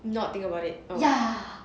not be like um